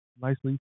nicely